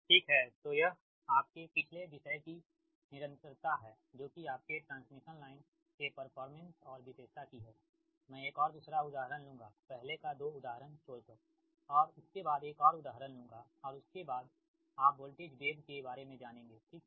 ठीक है तो यह आपके पिछले विषय की निरंतरता है जो कि आपके ट्रांसमिशन लाइन के परफॉरमेंस और विशेषता की है मैं एक और दूसरा उदाहरण लूँगा पहले का दो छोड़कर और इसके बाद एक और उदाहरण लूँगा और उसके बाद आप वोल्टेज वेव के बारे में जानेंगे ठीक